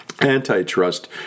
antitrust